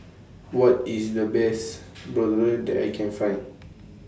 What IS The Best Bratwurst that I Can Find